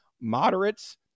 moderates